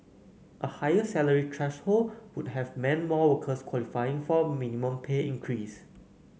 a higher salary threshold would have meant more workers qualifying for a minimum pay increase